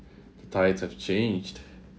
tides have changed